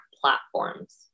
platforms